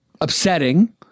upsetting